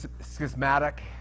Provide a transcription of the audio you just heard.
schismatic